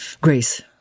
Grace